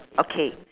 okay